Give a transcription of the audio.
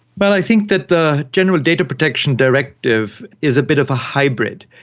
well, i think that the general data protection directive is a bit of a hybrid.